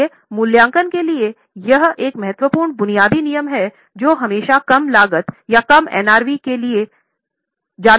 इसलिए मूल्यांकन के लिए यह एक महत्वपूर्ण बुनियादी नियम था जो हमेशा कम लागत या कम NRV के लिए जाना जाता है